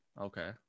okay